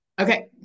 Okay